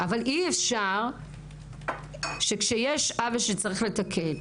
אבל אי אפשר כשיש עוול שצריך לתקן,